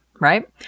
Right